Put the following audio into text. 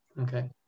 Okay